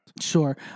Sure